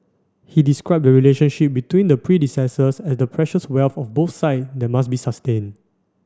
he described the relationship between their predecessors as the precious wealth of both side that must be sustained